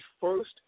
first